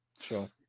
sure